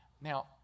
Now